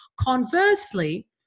Conversely